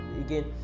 again